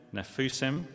Nefusim